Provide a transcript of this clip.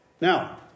Now